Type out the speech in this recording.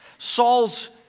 Saul's